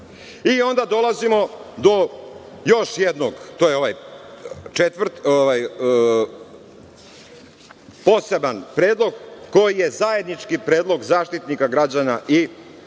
dolazimo do još jednog, to je ovaj poseban predlog koji je zajednički predlog Zaštitnika građana i Poverenika